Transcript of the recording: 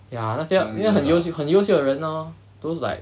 ya 那些很很优秀很优秀的人 lor those like